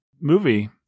movie